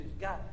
God